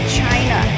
China